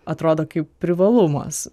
atrodo kaip privalumas